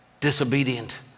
disobedient